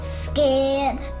scared